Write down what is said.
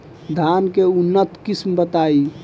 धान के उन्नत किस्म बताई?